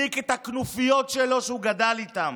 הדליק את הכנופיות שלו שהוא גדל איתן,